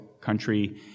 country